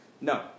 No